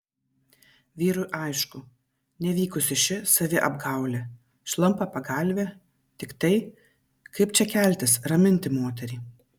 vyrui aišku nevykusi ši saviapgaulė šlampa pagalvė tiktai kaip čia keltis raminti moterį